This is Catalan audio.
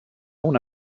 una